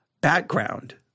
background